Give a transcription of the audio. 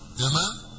Amen